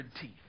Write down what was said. teeth